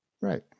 Right